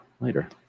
later